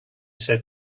said